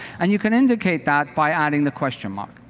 and you can indicate that by adding the question mark.